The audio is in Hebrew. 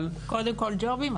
קודם כל ג'ובים.